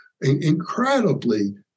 incredibly